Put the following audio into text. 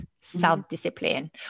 self-discipline